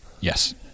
Yes